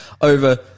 over